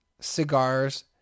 cigars